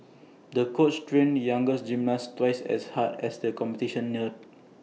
the coach trained the young gymnast twice as hard as the competition neared